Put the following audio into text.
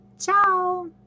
Ciao